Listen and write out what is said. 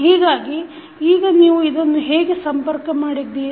ಹೀಗಾಗಿ ಈಗ ನೀವು ಇದನ್ನು ಹೀಗೆ ಸಂಪರ್ಕ ಮಾಡಿದ್ದೀರಿ